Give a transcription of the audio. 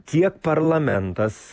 tiek parlamentas